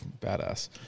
badass